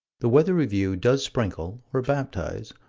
the weather review does sprinkle, or baptize,